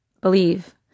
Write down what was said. Believe